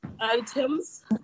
items